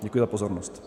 Děkuji za pozornost.